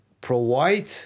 provide